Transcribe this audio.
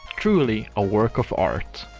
truly a work of art.